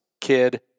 kid